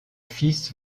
fils